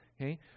okay